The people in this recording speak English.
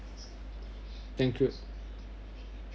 include